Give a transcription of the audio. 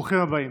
ברוכים הבאים.